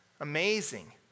Amazing